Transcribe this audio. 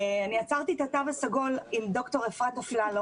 יצרתי את התו הסגול עם ד"ר אפרת אפללו